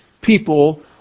people